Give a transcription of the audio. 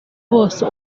bose